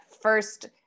first